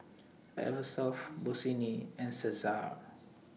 Eversoft Bossini and Cesar